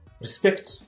respect